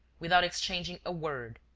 without exchanging a word,